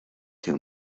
too